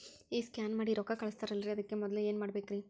ಈ ಸ್ಕ್ಯಾನ್ ಮಾಡಿ ರೊಕ್ಕ ಕಳಸ್ತಾರಲ್ರಿ ಅದಕ್ಕೆ ಮೊದಲ ಏನ್ ಮಾಡ್ಬೇಕ್ರಿ?